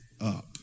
up